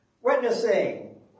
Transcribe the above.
Witnessing